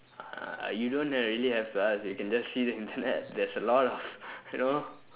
uh you don't uh really have to ask you can just see the internet there's a lot of you know